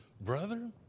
brother